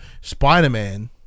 Spider-Man